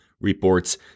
Reports